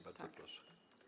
Bardzo proszę.